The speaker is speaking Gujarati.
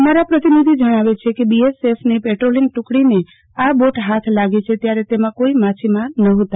અમારા પ્રતિનિધિ જણાવેલ છ કે બી એસ એફ ની પેટ્રો ર્લીંગ ટકડીને આ બોટ હાથ લાગી ત્યારે તેમાં કોઈ માછીમારો નહોતા